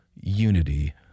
unity